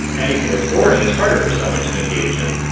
anything that is boring is harder for someone to engage in.